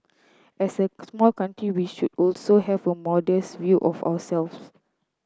as a small country we should also have a modest view of ourselves